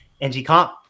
ng-comp